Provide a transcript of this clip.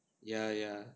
ya ya